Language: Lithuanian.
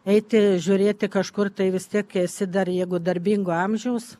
eiti žiūrėti kažkur tai vis tiek esi dar jeigu darbingo amžiaus